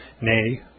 nay